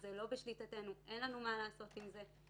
זה לא בשליטתנו, אין לנו מה לעשות עם זה.